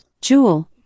Jewel